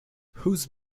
whose